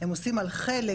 הם עושים על חלק,